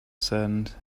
saddened